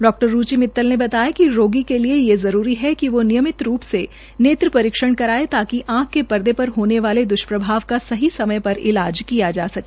डॉ रूचि मितल ने बताया कि रोगी के लिए ये जरूरी है कि वो नियमित रूप से नेत्र परीक्षण करये ताकि आंख के पर्दे पर वाले द्ष्प्रभव का सही समय पर इलाज किया जा सके